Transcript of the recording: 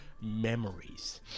Memories